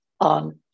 on